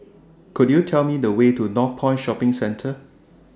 Could YOU Tell Me The Way to Northpoint Shopping Centre